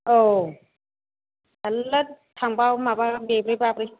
औ थारला थांब्ला माबा बेब्रे बाब्रे